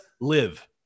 live